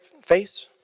Face